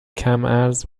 کمعرض